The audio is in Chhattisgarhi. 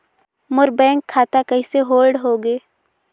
मोर बैंक खाता कइसे होल्ड होगे?